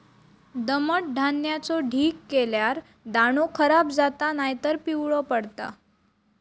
दमट धान्याचो ढीग केल्यार दाणो खराब जाता नायतर पिवळो पडता